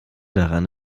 daran